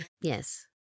Yes